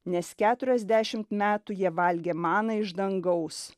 nes keturiasdešimt metų jie valgė maną iš dangaus